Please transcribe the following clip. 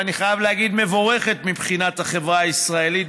ואני חייב להגיד מבורכת מבחינת החברה הישראלית,